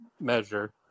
measure